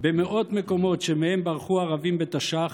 במאות מקומות שמהם ברחו הערבים בתש"ח,